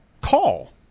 call